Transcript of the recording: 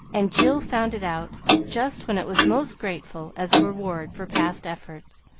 and jill found it out just when it was most grateful as a reward for past efforts,